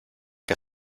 que